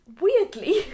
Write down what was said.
weirdly